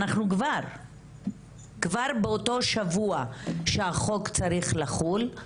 אנחנו כבר באותו שבוע שהחוק צריך לחול,